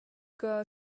girl